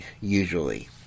usually